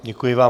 Děkuji vám.